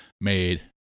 made